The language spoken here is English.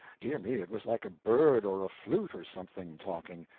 dear me, it was like a bird or a flute, or something, talking.